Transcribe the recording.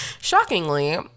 shockingly